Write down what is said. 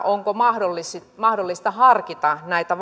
onko mahdollista harkita näitä